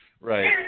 Right